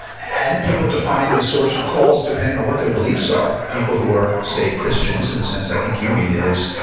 and people define the source of calls depending on what their beliefs are. people who are say christians in the sense, i think you mean it is,